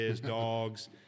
dogs